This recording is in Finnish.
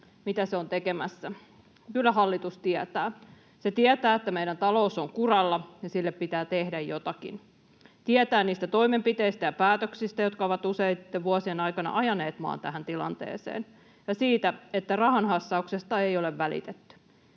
mitä se on tekemässä. Kyllä hallitus tietää. Se tietää, että meidän talous on kuralla ja sille pitää tehdä jotakin. Tietää niistä toimenpiteistä ja päätöksistä, jotka ovat useitten vuosien aikana ajaneet maan tähän tilanteeseen, ja siitä, että rahan hassauksesta ei ole välitetty.